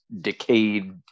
decayed